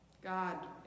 God